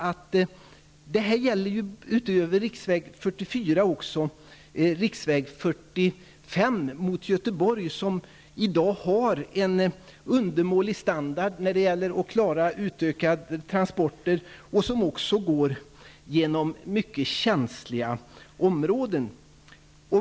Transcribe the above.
Detta gäller ju utöver riksväg 44 också riksväg 45 mot Göteborg, som i dag har en undermålig standard och därför inte klarar en utökning av transporterna och som dessutom går genom mycket känsliga områden.